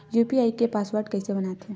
UPI के password कइसे बनाथे?